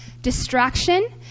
distraction